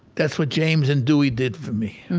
that's what james and dewey did for me.